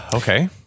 Okay